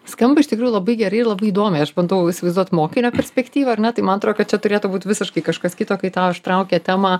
skamba iš tikrųjų labai gerai ir labai įdomiai aš bandau įsivaizduot mokinio perspektyvą ar ne tai man atrodo kad čia turėtų būt visiškai kažkas kito kai tau ištraukia temą